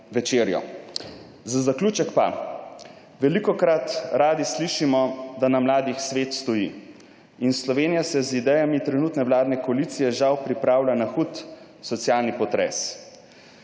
večerjo. Za zaključek pa, velikokrat radi slišimo, da na mladih svet stoji. Slovenija se z idejami trenutne vladne koalicije žal pripravlja na hud socialni potres.